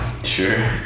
Sure